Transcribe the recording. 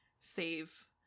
save